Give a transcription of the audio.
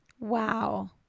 Wow